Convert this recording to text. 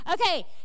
Okay